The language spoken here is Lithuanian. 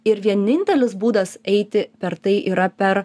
ir vienintelis būdas eiti per tai yra per